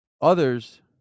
others